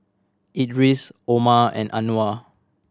Idris Omar and Anuar